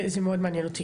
זה מאוד מעניין אותי,